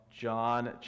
John